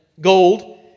gold